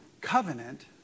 Covenant